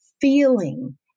feeling